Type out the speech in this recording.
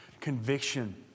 conviction